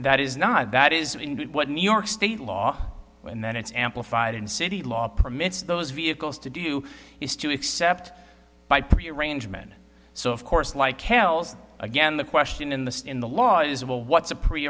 that is not that is what new york state law and then it's amplified in city law permits those vehicles to do is to except by prearrangement so of course like kells again the question in the in the law is well what's a pre